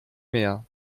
mehr